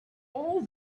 all